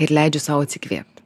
ir leidžiu sau atsikvėpt